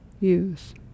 use